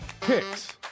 Picks